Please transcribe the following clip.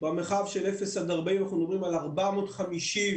במרחב של 0 40, אנחנו מדברים על 450 מוסדות,